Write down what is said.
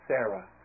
Sarah